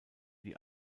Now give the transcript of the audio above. die